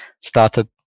started